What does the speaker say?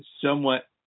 somewhat